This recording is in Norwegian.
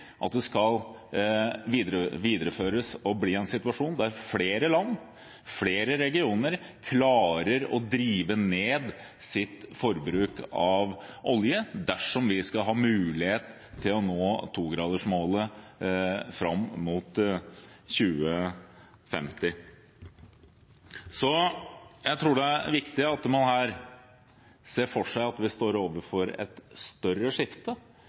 skal videreføres og bli en situasjon hvor flere land, flere regioner, klarer å drive ned sitt forbruk av olje, dersom vi skal ha mulighet til å nå 2-gradersmålet fram mot 2050. Jeg tror det er viktig at man her ser for seg at vi står overfor et større skifte,